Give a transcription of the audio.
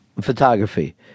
photography